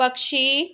पक्षी